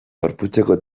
gorputzeko